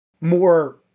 more